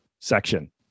section